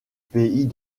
pays